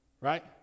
Right